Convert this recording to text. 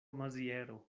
maziero